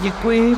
Děkuji.